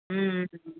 ம் ம்ம்